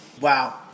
Wow